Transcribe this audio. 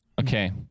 Okay